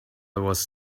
was